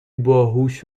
باهوش